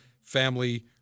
Family